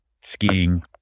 skiing